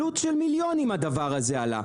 עלות של מיליונים הדבר הזה עלה.